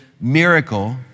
miracle